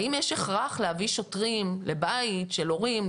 האם יש הכרח להביא שוטרים לבית של הורים לילדים,